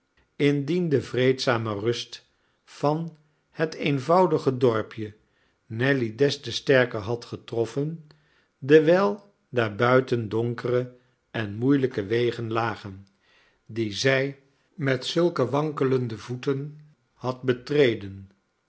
indien de vreedzame rust van het eenvoudige dorpje nelly des te sterker had getroffen dewijl daar buiten donkere en moeielijke wegen lagen die zij met zulke wankelende voeten had betreden